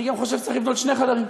אני גם חושב שצריך לבנות שני חדרים.